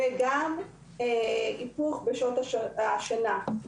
היפוך בשעות השינה.